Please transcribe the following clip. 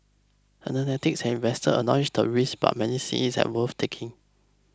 analysts and investors acknowledge the risk but many see it as worth taking